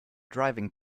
driving